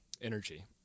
energy